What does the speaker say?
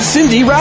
Cindy